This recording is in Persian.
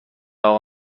اقا